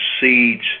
seeds